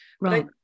Right